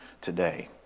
today